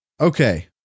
Okay